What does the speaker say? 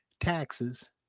taxes